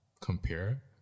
compare